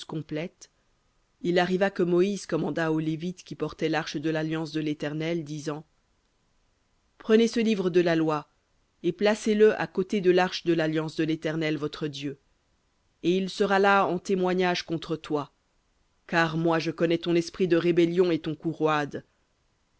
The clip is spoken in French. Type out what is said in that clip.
complètes il arriva que moïse commanda aux lévites qui portaient l'arche de l'alliance de l'éternel disant prenez ce livre de la loi et placez le à côté de l'arche de l'alliance de l'éternel votre dieu et il sera là en témoignage contre toi car moi je connais ton esprit de rébellion et ton cou roide